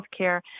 healthcare